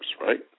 right